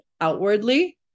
outwardly